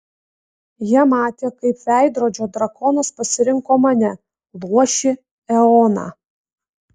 jie matė kaip veidrodžio drakonas pasirinko mane luošį eoną